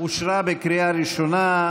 אושרה בקריאה ראשונה,